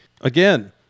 Again